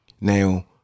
Now